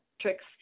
tricks